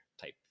type